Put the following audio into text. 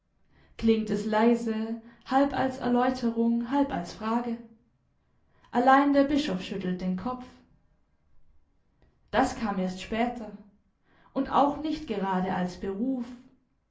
klingt es leise halb als erläuterung halb als frage allein der bischof schüttelt den kopf das kam erst später und auch nicht gerade als beruf